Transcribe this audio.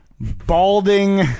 balding